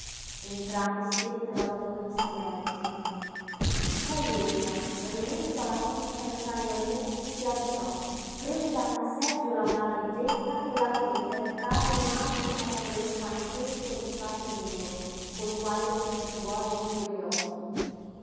entrambi stettero a lungo in silenzio poi ella rimesso alla cuccia il cagnolino si alzò prese da una seggiola una valigetta e l'aprí per trarne un altro fazzoletto anch'esso listato di nero col quale si asciugò a lungo gli occhi